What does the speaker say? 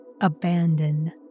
abandon